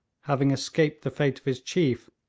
having escaped the fate of his chief,